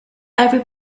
every